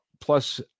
plus